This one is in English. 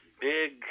big